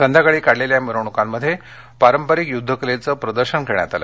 संध्याकाळी काढलेल्या मिरवणुकांमध्ये पारंपरिक युद्धकलेचं प्रदर्शन करण्यात आलं